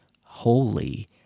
holy